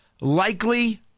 likely